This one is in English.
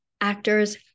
actors